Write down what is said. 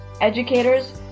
educators